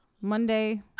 monday